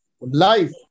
Life